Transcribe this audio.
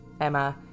Emma